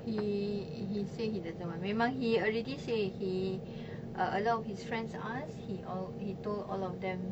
he he say he doesn't want memang he already say he uh a lot of his friends ask he all he told all of them